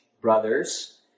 brothers